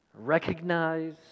recognize